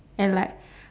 and like